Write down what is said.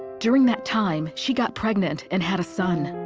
during that time she got pregnant and had a son.